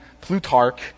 Plutarch